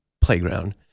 playground